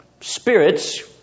spirits